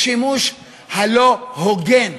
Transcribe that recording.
השימוש הלא-הוגן,